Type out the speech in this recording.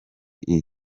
iri